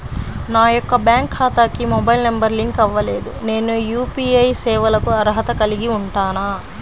నా యొక్క బ్యాంక్ ఖాతాకి మొబైల్ నంబర్ లింక్ అవ్వలేదు నేను యూ.పీ.ఐ సేవలకు అర్హత కలిగి ఉంటానా?